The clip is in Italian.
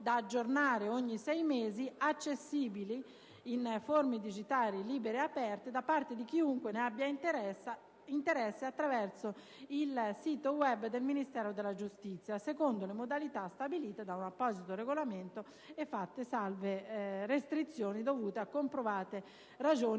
aggiornato ogni sei mesi, accessibile, in forme digitali libere e aperte, da parte di chiunque ne abbia interesse attraverso il sito web del Ministero della giustizia, secondo le modalità stabilite da apposito regolamento e fatte salve restrizioni dovute a comprovate ragioni